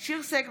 מיכל שיר סגמן,